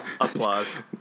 Applause